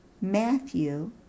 Matthew